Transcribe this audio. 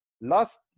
Last